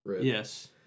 Yes